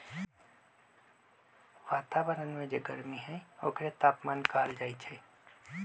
वतावरन में जे गरमी हई ओकरे तापमान कहल जाई छई